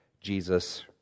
Jesus